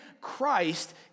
christ